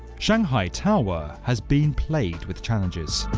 shanghai tower has been plagued with challenges.